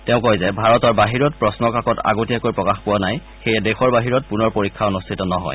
তেওঁ কয় যে ভাৰতৰ বাহিৰত প্ৰণ্নকাকত আগতীয়াকৈ প্ৰকাশ পোৱা নাই সেয়ে দেশৰ বাহিৰত পুনৰ পৰীক্ষা অনুষ্ঠিত নহয়